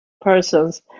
persons